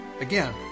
Again